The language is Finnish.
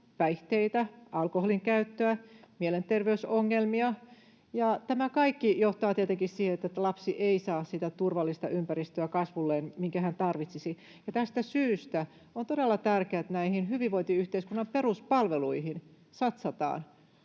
päihteitä, alkoholinkäyttöä, mielenterveysongelmia, ja tämä kaikki johtaa tietenkin siihen, että lapsi ei saa kasvulleen sitä turvallista ympäristöä, minkä hän tarvitsisi. Tästä syystä on todella tärkeää, että näihin hyvinvointiyhteiskunnan peruspalveluihin satsataan,